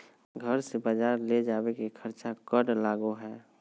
घर से बजार ले जावे के खर्चा कर लगो है?